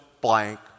blank